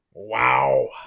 Wow